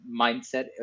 mindset